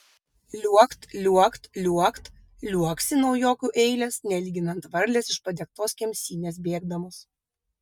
liuokt liuokt liuokt liuoksi naujokų eilės nelyginant varlės iš padegtos kemsynės bėgdamos